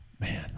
man